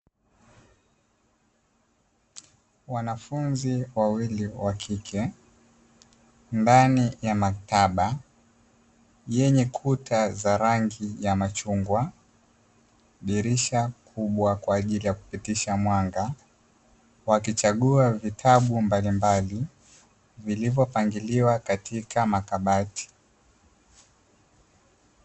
Wanafunzi wawili wa kike ndani ya maktaba yenye kuta za rangi ya machungwa na dirisha kubwa kwa ajili ya kupitisha mwanga, wakichagua vitabu mbalimbali vilivyopangiliwa katika makabati.